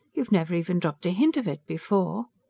you've never even dropped a hint of it before.